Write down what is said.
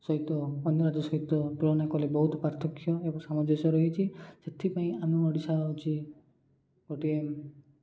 ସହିତ ଅନ୍ୟ ରାଜ୍ୟ ସହିତ ତୁଳନା କଲେ ବହୁତ ପାର୍ଥକ୍ୟ ଏବଂ ସାମଞ୍ଜସ୍ୟ ରହିଛି ସେଥିପାଇଁ ଆମ ଓଡ଼ିଶା ହେଉଛି ଗୋଟିଏ